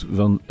van